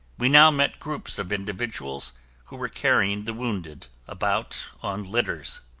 we now met groups of individuals who were carrying the wounded about on litters.